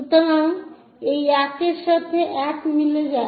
সুতরাং এই এক এর সাথে মিলে যায়